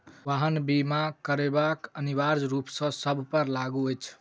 वाहन बीमा करायब अनिवार्य रूप सॅ सभ पर लागू अछि